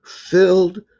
filled